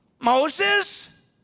Moses